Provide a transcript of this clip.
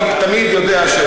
אני תמיד יודע,